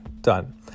done